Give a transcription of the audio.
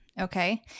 Okay